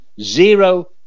zero